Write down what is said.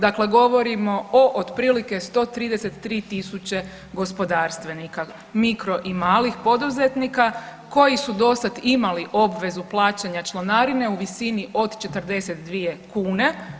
Dakle, govorimo o otprilike 133 000 gospodarstvenika, mikro i malih poduzetnika koji su do sad imali obvezu plaćanja članarine u visini od 42 kune.